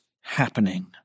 happening